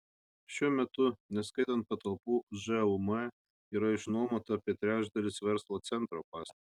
šiuo metu neskaitant patalpų žūm yra išnuomota apie trečdalis verslo centro pastato